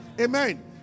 Amen